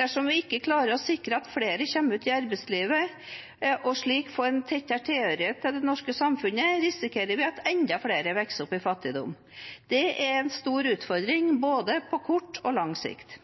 Dersom vi ikke klarer å sikre at flere kommer ut i arbeidslivet og slik får en tettere tilhørighet til det norske samfunnet, risikerer vi at enda flere vokser opp i fattigdom. Det er en stor utfordring både på kort og lang sikt.